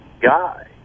guy